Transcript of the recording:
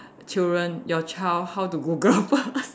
children your child how to Google first